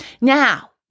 Now